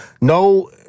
No